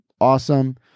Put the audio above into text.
awesome